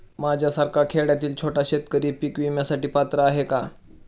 माझ्यासारखा खेड्यातील छोटा शेतकरी पीक विम्यासाठी पात्र आहे का?